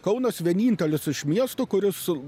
kaunas vienintelis iš miestų kuris su